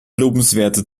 lobenswerte